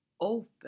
open